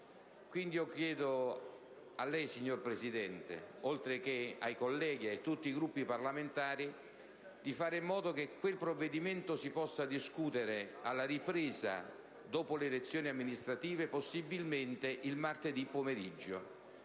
Chiedo quindi a lei, signor Presidente, oltre che ai colleghi e a tutti i Gruppi parlamentari, di fare in modo che quel provvedimento si possa discutere alla ripresa dopo le elezioni amministrative, possibilmente il martedì pomeriggio,